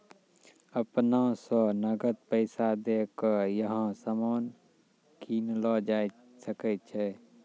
अपना स नकद पैसा दै क यहां सामान कीनलो जा सकय छै